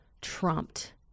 trumped